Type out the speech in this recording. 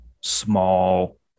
small